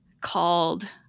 called